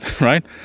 right